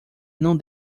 não